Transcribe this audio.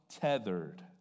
tethered